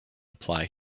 apply